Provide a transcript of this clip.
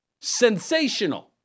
Sensational